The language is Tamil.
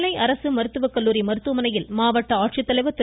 நெல்லை அரசு மருத்துவ கல்லூரி மருத்துவமனையில் மாவட்ட ஆட்சித்தலைவர் திரு